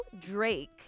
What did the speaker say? Drake